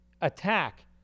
attack